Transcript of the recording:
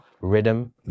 rhythm